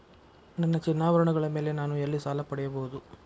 ನನ್ನ ಚಿನ್ನಾಭರಣಗಳ ಮೇಲೆ ನಾನು ಎಲ್ಲಿ ಸಾಲ ಪಡೆಯಬಹುದು?